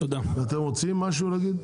אתם רוצים משהו להגיד?